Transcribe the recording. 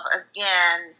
again